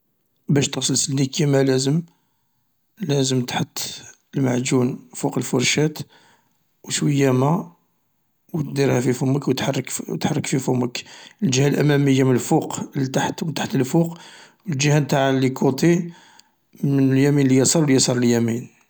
باش تغسل سنيك كما لازم، لازم تحط المعجون فوق الفرشات و شويا ما و تديرها في فمك و تحرك في فمك، الجهة الأمامية من الفوق للتحت و من التحت و الجهة انتاع ليكوطي من اليمين لليسار و من اليسار لليمين.